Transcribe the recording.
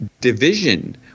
division